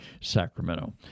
Sacramento